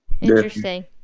Interesting